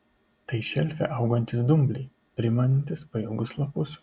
tai šelfe augantys dumbliai primenantys pailgus lapus